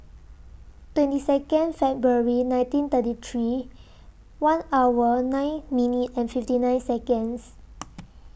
twenty Second February nineteen thirty three one hour nine minute and fifty nine Seconds